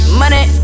money